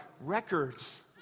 records